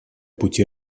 пути